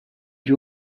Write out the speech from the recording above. you